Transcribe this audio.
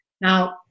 Now